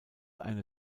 eine